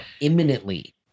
imminently